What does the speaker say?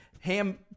ham